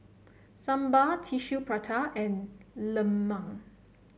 Sambal Tissue Prata and Lemang